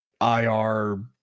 IR